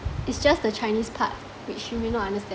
it's just the chinese part which you may not understand